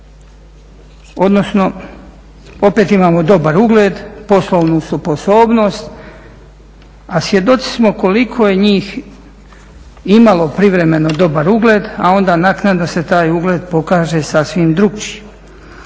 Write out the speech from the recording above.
odnosno opet imamo dobar ulog, poslovnu sposobnost, a svjedoci smo koliko je njih imalo privremeno dobar ugled, a onda naknadno se taj ugled pokaže sasvim drugačijim.